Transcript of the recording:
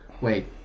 Wait